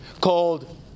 called